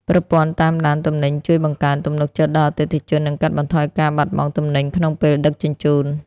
ប្រព័ន្ធតាមដានទំនិញជួយបង្កើនទំនុកចិត្តដល់អតិថិជន និងកាត់បន្ថយការបាត់បង់ទំនិញក្នុងពេលដឹកជញ្ជូន។